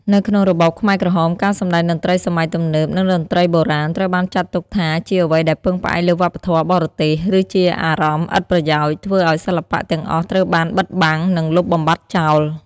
នៅក្នុងរបបខ្មែរក្រហម ការសម្តែងតន្ត្រីសម័យទំនើប និងតន្ត្រីបុរាណ ត្រូវបានចាត់ទុកថាជាអ្វីដែលពឹងផ្អែកលើវប្បធម៌បរទេស ឬជាអារម្មណ៍ឥតប្រយោជន៍ ធ្វើឲ្យសិល្បៈទាំងអស់ត្រូវបានបិទបាំង និងលុបបំបាត់ចោល។